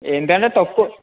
ఏంటి అండి తక్కు